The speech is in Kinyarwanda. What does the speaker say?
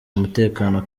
mutekano